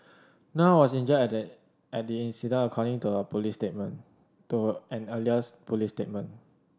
no one was injured at the at the incident according to a police statement to a earliest police statement